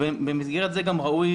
במסגרת זה גם ראוי